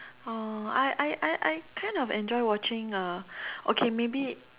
oh I I I I kind of enjoy watching uh okay maybe